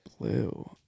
Blue